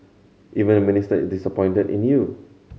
even the Minister is disappointed in you